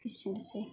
एसेनोसै